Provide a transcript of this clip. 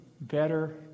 better